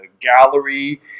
gallery